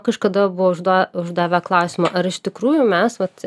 kažkada buvo užda uždavę klausimą ar iš tikrųjų mes vat